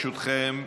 ברשותכם,